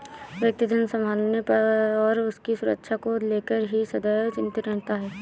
व्यक्ति धन संभालने और उसकी सुरक्षा को लेकर ही सदैव चिंतित रहता है